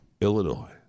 Illinois